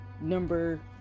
number